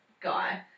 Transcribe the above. guy